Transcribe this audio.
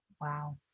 Wow